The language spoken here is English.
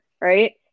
right